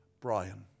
Brian